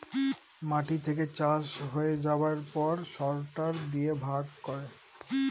মাটি থেকে চাষ হয়ে যাবার পর সরটার দিয়ে ভাগ করে